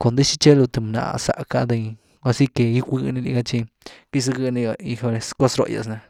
cundys gytchelu th bna zack de ahora si que gygwy ni liga tchi quity gyzagë ni liga, ¡hijoles!, cos róh’gyas ni.